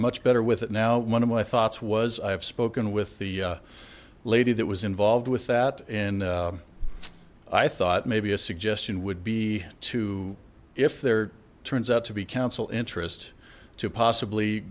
much better with it now one of my thoughts was i've spoken with the lady that was involved with that in i thought maybe a suggestion would be to if there turns out to be council interest to possibly